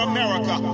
America